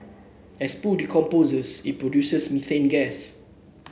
as poo decomposes it produces methane gas